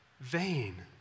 vain